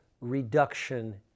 reduction